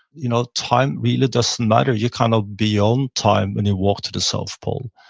you know time really doesn't matter. you're kind of beyond time when you walk to the south pole.